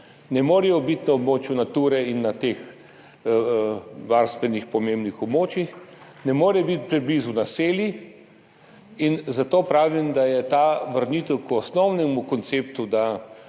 Ne morejo biti na območju Nature in teh varstveno pomembnih območjih, ne morejo biti preblizu naselij, zato pravim, da je ta vrnitev k osnovnemu konceptu,